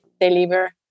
deliver